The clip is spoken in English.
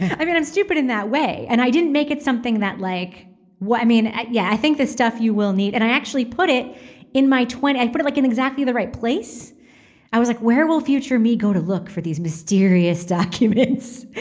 i mean i'm stupid in that way and i didn't make it something that like what i mean. yeah i think the stuff you will need and i actually put it in my twin and put it like in exactly the right place i was like where will future me go to look for these mysterious documents.